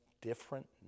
different